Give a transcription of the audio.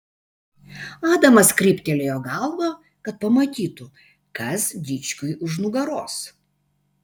adamas kryptelėjo galvą kad pamatytų kas dičkiui už nugaros